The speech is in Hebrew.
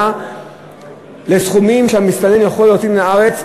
על הסכומים שהמסתנן יכול להוציא מהארץ.